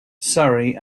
surrey